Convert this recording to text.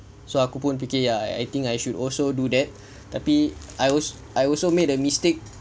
so aku pun fikir I think I should also do that tapi I also I also made a mistake